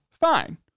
Fine